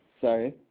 Sorry